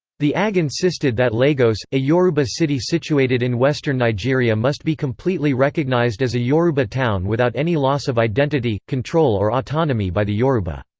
the ag insisted that lagos, a yoruba city situated in western nigeria must be completely recognised as a yoruba town without any loss of identity, control or autonomy by the yoruba.